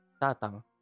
Tatang